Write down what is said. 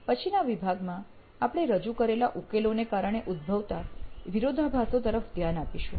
પછીના વિભાગમાં આપણે રજૂ કરેલા ઉકેલોને કારણે ઉદ્ભવતા વિરોધાભાસો તરફ ધ્યાન આપીશું